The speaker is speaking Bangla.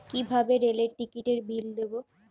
কিভাবে রেলের টিকিটের বিল দেবো?